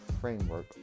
framework